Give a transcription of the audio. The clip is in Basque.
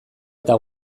eta